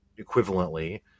equivalently